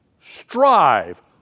strive